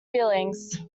feelings